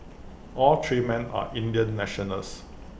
all three men are Indian nationals